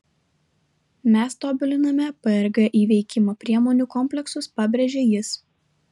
mes tobuliname prg įveikimo priemonių kompleksus pabrėžė jis